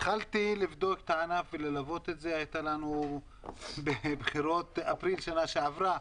התחלתי לבדוק את ענף תיירות הפנים אחרי הבחירות באפריל שנה שעברה.